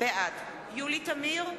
בעד יולי תמיר,